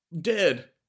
dead